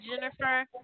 Jennifer